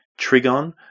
trigon